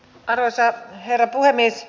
arvoisa herra puhemies